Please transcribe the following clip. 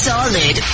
Solid